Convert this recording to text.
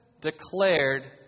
declared